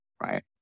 Right